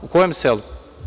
U kojem selu?